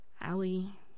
Allie